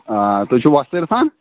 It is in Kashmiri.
آ تُہۍ چھُو وۄستہٕ عرفان